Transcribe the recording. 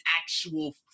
actual